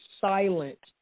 silent